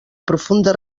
profunda